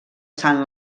sant